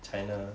china